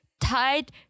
Tight